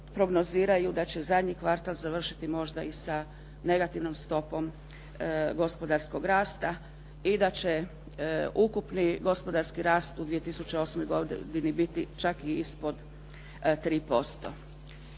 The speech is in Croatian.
prognoziraju da će zadnji kvartal završiti možda i sa negativnom stopom gospodarskog rasta i da će ukupni gospodarski rast u 2008. godini biti čak i ispod 3%.